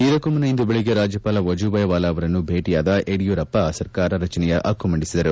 ಇದಕ್ಕೂ ಮುನ್ನ ಇಂದು ಬೆಳಗ್ಗೆ ರಾಜ್ಯಪಾಲ ವಜೂಬಾಯಿ ವಾಲಾ ಅವರನ್ನು ಬೇಟಿಯಾದ ಯಡಿಯೂರಪ್ಪ ಸರ್ಕಾರ ರಚನೆಯ ಹಕ್ಕು ಮಂಡಿಸಿದರು